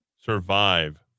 Survive